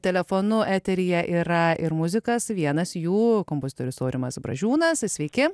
telefonu eteryje yra ir muzikas vienas jų kompozitorius aurimas bražiūnas sveiki